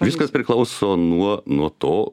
viskas priklauso nuo nuo to